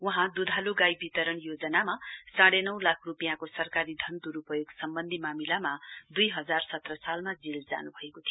वहाँ दुधालु शाई वितरण योजनामा साँढे नौ लाख रुपियाँको सरकारी धन दुरुपयोग सम्बन्धी मामिलामा दुइ हजार सत्र सालमा जेल जानुभएको थियो